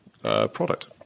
product